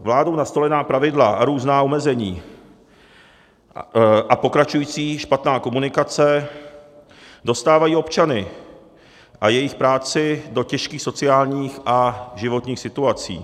Vládou nastolená pravidla, různá omezení a pokračující špatná komunikace dostávají občany a jejich práci do těžkých sociálních a životních situací.